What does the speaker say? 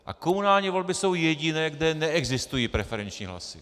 A komunální volby jsou jediné, kde neexistují preferenční hlasy.